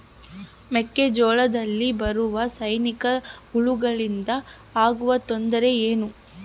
ಮೆಕ್ಕೆಜೋಳದಲ್ಲಿ ಬರುವ ಸೈನಿಕಹುಳುವಿನಿಂದ ಆಗುವ ತೊಂದರೆ ಏನು?